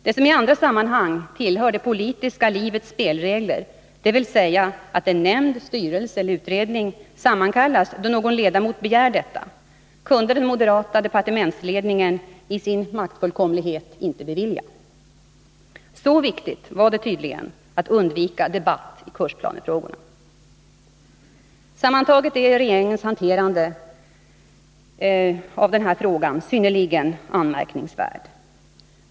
Det som i andra sammanhang tillhör det politiska livets spelregler, dvs. att en nämnd, styrelse eller utredning sammankallas då någon ledamot begär detta, kunde den moderata departementsledningen i sin maktfullkomlighet inte vara med om. Så viktigt var det tydligen att undvika debatt i kursplanefrågorna. Sammantaget är regeringens hanterande av kursplanefrågan synnerligen anmärkningsvärt.